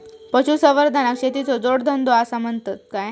पशुसंवर्धनाक शेतीचो जोडधंदो आसा म्हणतत काय?